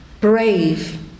brave